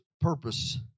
purpose